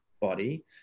body